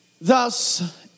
Thus